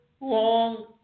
long